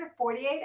48